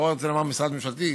אני לא רוצה לומר "משרד ממשלתי",